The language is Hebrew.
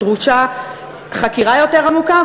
ודרושה חקירה יותר עמוקה,